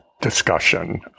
discussion